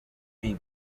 ping